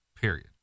Period